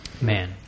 Man